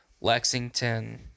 Lexington